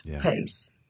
pace